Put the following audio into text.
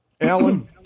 Alan